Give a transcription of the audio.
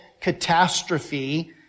catastrophe